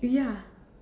ya